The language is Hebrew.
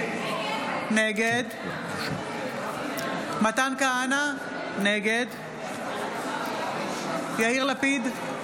נגד מתן כהנא, נגד יאיר לפיד,